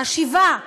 השיבה.